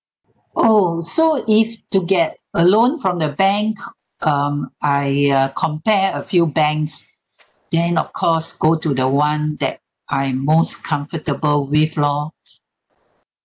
oh so if to get a loan from the bank um I uh compare a few banks then of course go to the [one] that I'm most comfortable with lor